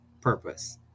purpose